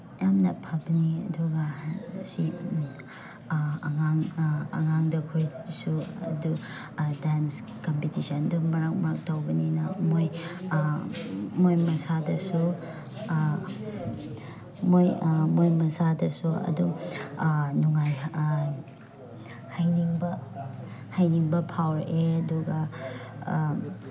ꯌꯥꯝꯅ ꯐꯕꯅꯤ ꯑꯗꯨꯒ ꯁꯤ ꯑꯉꯥꯡ ꯑꯉꯥꯡꯗꯈꯣꯏꯗꯁꯨ ꯑꯗꯨ ꯗꯥꯟꯁꯀꯤ ꯀꯝꯄꯤꯇꯤꯁꯟꯗꯨ ꯃꯔꯛ ꯃꯔꯛ ꯇꯧꯕꯅꯤꯅ ꯃꯣꯏ ꯃꯣꯏ ꯃꯁꯥꯗꯁꯨ ꯃꯣꯏ ꯃꯣꯏ ꯃꯁꯥꯗꯁꯨ ꯑꯗꯨꯝ ꯍꯩꯅꯤꯡꯕ ꯍꯩꯅꯤꯡꯕ ꯐꯥꯎꯔꯛꯑꯦ ꯑꯗꯨꯒ